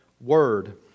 word